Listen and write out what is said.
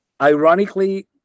ironically